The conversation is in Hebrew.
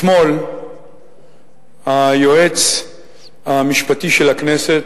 אתמול הביע היועץ המשפטי של הכנסת,